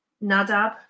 Nadab